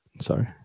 Sorry